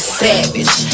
savage